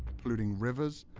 polluting rivers,